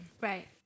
Right